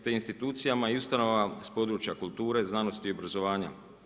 Te institucijama i ustanova s područja kulture, znanosti i obrazovanja.